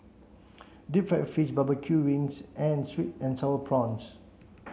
deep fried fish barbecue wings and sweet and sour prawns